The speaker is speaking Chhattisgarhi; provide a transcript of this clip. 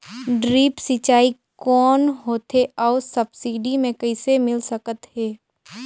ड्रिप सिंचाई कौन होथे अउ सब्सिडी मे कइसे मिल सकत हे?